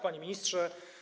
Panie Ministrze!